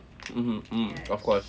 mmhmm mm